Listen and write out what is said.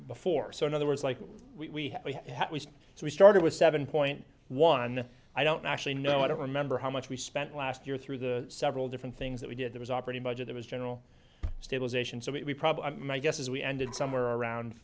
before so in other words like we have so we started with seven point one i don't actually know i don't remember how much we spent last year through the several different things that we did it was operating budget it was general stabilization so we problem i guess is we ended somewhere around